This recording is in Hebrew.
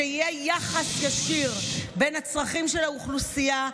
שיהיה יחס ישיר בין הצרכים של האוכלוסייה,